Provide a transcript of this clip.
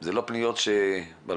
הן לא פניות רק מ-2020,